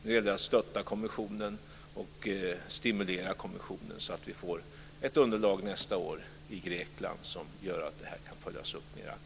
Nu gäller det att stötta och stimulera kommissionen så att vi får ett underlag nästa år i Grekland som gör att detta kan följas upp mer aktivt.